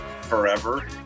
forever